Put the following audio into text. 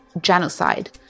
genocide